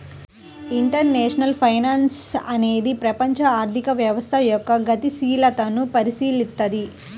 international finance అనేది ప్రపంచ ఆర్థిక వ్యవస్థ యొక్క గతిశీలతను పరిశీలిత్తది